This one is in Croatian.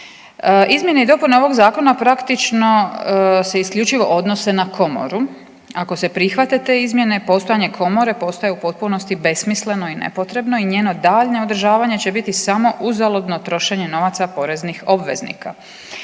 Izmjene i dopune ovog zakona praktično se isključivo odnose na komoru, ako se prihvate te izmjene postojanje komore postaje u potpunosti besmisleno i nepotrebno i njeno daljnje održavanje će biti samo uzaludno trošenje novaca poreznih obveznika.